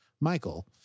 Michael